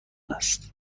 است